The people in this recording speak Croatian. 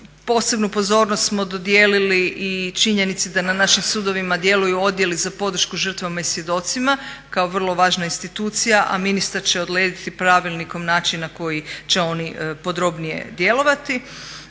Posebnu pozornost smo dodijelili i činjenici da na našim sudovima djeluju Odjeli za podršku žrtvama i svjedocima kao vrlo važna institucija, a ministar će odrediti pravilnikom način na koji će oni podrobnije djelovati.